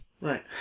Right